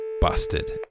busted